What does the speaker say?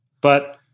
But-